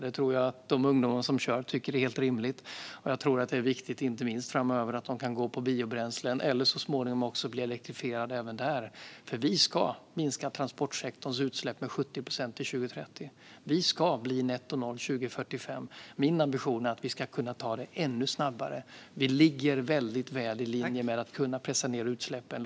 Jag tror att de ungdomar som kör A-traktorer tycker att detta är helt rimligt. Jag tror också att det är viktigt att de framöver kan gå på biobränslen och så småningom även bli elektrifierade. Vi ska minska transportsektorns utsläpp med 70 procent till 2030. Vi ska bli nettonoll 2045. Min ambition är att vi ska kunna ta det ännu snabbare. Vi ligger väldigt väl i linje med att kunna pressa ned utsläppen.